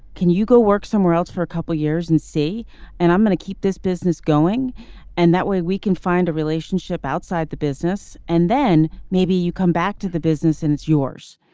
can you go work somewhere else for a couple years and see and i'm going to keep this business going and that way we can find a relationship outside the business and then maybe you come back to the business and it's yours